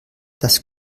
das